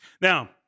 Now